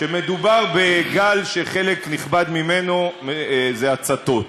שמדובר בגל שחלק נכבד ממנו זה הצתות,